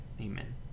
Amen